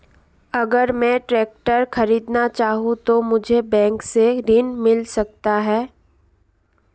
अगर मैं ट्रैक्टर खरीदना चाहूं तो मुझे बैंक से ऋण मिल सकता है?